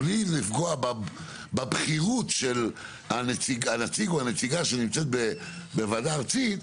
בלי לפגוע בבכירות של הנציג או הנציגה שנמצאים בוועדה הארצית,